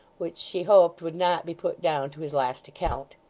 which she hoped would not be put down to his last account.